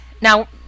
Now